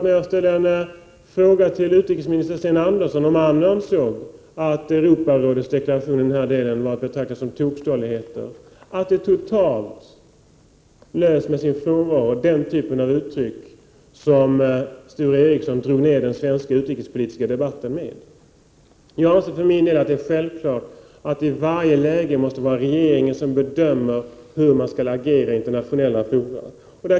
När jag ställde en fråga till utrikesminister Andersson om han ansåg att Europarådets deklaration i denna del var att betrakta som tokstolligheter, lyste den typ av uttryck som Sture Ericson använder i den utrikespolitiska debatten med sin frånvaro. Jag anser för min del att det är självklart att det i varje läge måste vara regeringen som bedömer hur Sverige skall agera i internationella fora.